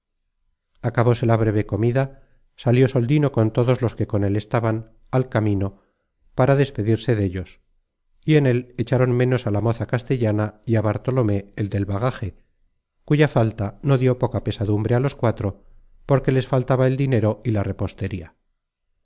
crédito acabóse la breve comida salió soldino con todos los que con él estaban al camino para despedirse dellos y en él echaron ménos á la moza castellana y á bartolomé el del bagaje cuya falta no dió poca pesadumbre á los cuatro porque les faltaba el dinero y la repostería